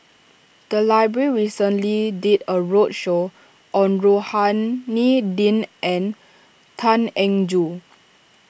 the library recently did a roadshow on Rohani Din and Tan Eng Joo